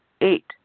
eight